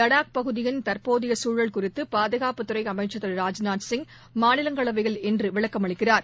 வடாக் பகுதியின் தற்போதையசூழல் குறித்துபாதுகாப்புத்துறைஅமைச்சர் திரு ராஜ்நாத் சிங் மாநிலங்களவையில் இன்றுவிளக்கமளிக்கிறார்